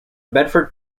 bedford